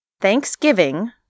thanksgiving